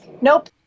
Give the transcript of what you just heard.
nope